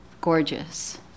gorgeous